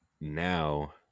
now